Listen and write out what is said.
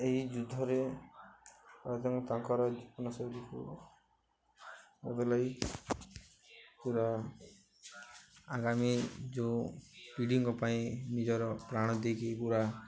ଏହି ଯୁଦ୍ଧରେ ପ୍ରାୟତ ତାଙ୍କର ଜୀବନଶୈଳୀକୁ ବଦଳାଇ ପୁରା ଆଗାମୀ ଯେଉଁ ପିଢ଼ିଙ୍କ ପାଇଁ ନିଜର ପ୍ରାଣ ଦେଇକି ପୁରା